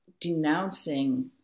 denouncing